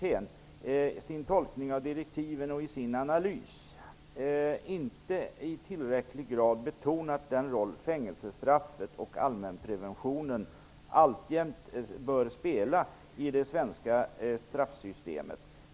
"Majoriteten har i sin tolkning av direktiven och i sin analys - enligt min mening - inte i tillräcklig grad betonat den roll fängelsestraffet och allmänpreventionen alltjämt bör spela i det svenska straffsystemet.